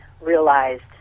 realized